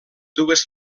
dues